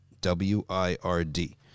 W-I-R-D